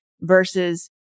versus